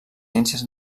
ciències